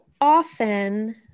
often